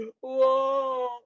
whoa